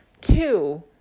two